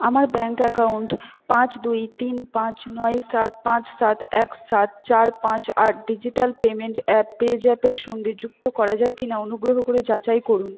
আমার bank account পাঁচ দুই তিন পাঁচ নয় সাত পাঁচ সাত এক সাত চার পাঁচ আট ডিজিটাল পেমেন্ট অ্যাপ পেজ্যাপের সঙ্গে যুক্ত করা যায় কি না অনুগ্রহ করে যাচাই করুন